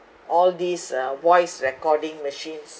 all these uh voice recording machines